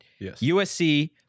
USC